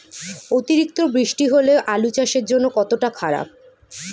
অতিরিক্ত বৃষ্টি হলে আলু চাষের জন্য কতটা খারাপ?